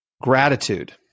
Gratitude